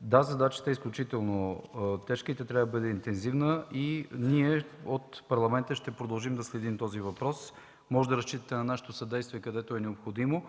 Да, задачата е изключително тежка. Тя трябва да бъде интензивна. Ние от Парламента ще продължим да следим този въпрос. Можете да разчитате на нашето съдействие, където е необходимо.